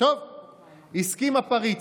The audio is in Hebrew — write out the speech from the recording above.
הסכים הפריץ.